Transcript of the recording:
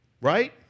Right